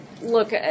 Look